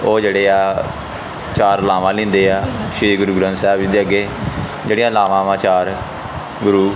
ਉਹ ਜਿਹੜੇ ਆ ਚਾਰ ਲਾਵਾਂ ਲੈਂਦੇ ਆ ਸ਼੍ਰੀ ਗੁਰੂ ਗ੍ਰੰਥ ਸਾਹਿਬ ਜੀ ਦੇ ਅੱਗੇ ਜਿਹੜੀਆਂ ਲਾਵਾਂ ਵਾਂ ਚਾਰ ਗੁਰੂ